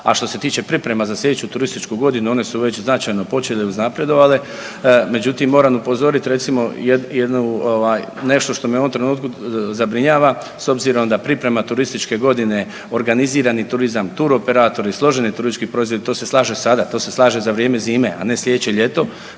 A što se tiče priprema za slijedeću turističku godinu one su već značajno počele, uznapredovale, međutim moram upozorit recimo jednu, jednu ovaj nešto što me u ovom trenutku zabrinjava s obzirom da priprema turističke godine, organizirani turizam, turoperatori, složeni turistički …/nerazumljivo/… to se slaže sada, to se slaže za vrijeme zime, a ne slijedeće ljeto.